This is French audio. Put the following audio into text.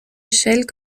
échelle